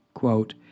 quote